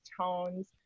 tones